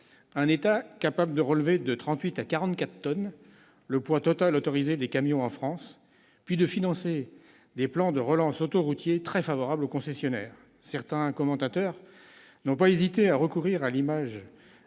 étant capable de relever de 38 à 44 tonnes le poids total autorisé des camions en France, puis de financer des plans de relance autoroutiers très favorables aux concessionnaires, certains commentateurs n'ont pas hésité à puiser dans